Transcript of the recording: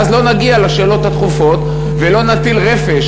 ואז לא נגיע לשאלות הדחופות ולא נטיל רפש